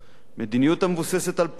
מדיניות המבוססת על פייסנות,